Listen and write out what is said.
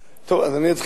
אם הוא איננו,